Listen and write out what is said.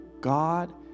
God